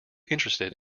interested